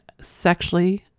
sexually